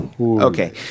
okay